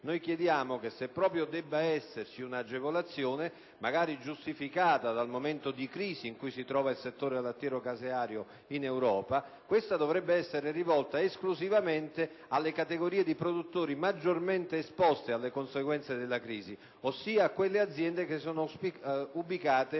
chiediamo che se proprio debba esservi un'agevolazione, magari giustificata dal momento di crisi in cui si trova il settore lattiero caseario in Europa, questa sia rivolta esclusivamente alle categorie di produttori maggiormente esposti alle conseguenze della crisi, ossia quelle aziende che sono ubicate